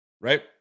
Right